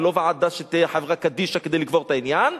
ולא ועדה שתהיה חברה-קדישא כדי לקבור את העניין,